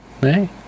Hey